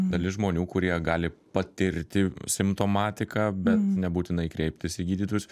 dalis žmonių kurie gali patirti simptomatiką bet nebūtinai kreiptis į gydytojus